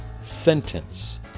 sentence